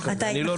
אני לא ראשון.